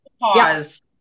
Pause